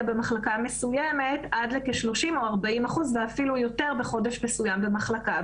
במחלקה מסוימת עד לכ-30 או 40 אחוז ואפילו יותר בחודש מסוים במחלקה.